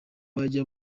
bajya